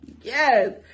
yes